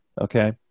Okay